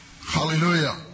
Hallelujah